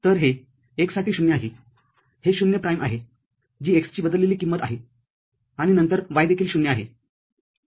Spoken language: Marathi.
तर हे x साठी ० आहेहे ० प्राईम आहे जी x ची बदललेली किंमत आहे आणि नंतर y देखील 0 आहे